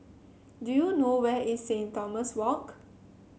do you know where is Saint Thomas Walk